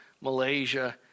Malaysia